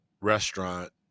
restaurant